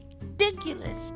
ridiculous